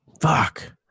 Fuck